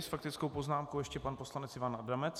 S faktickou poznámkou ještě pan poslanec Ivan Adamec.